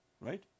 right